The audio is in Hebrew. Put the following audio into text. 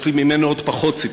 יש לי ממנו עוד פחות ציפיות.